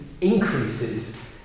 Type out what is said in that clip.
increases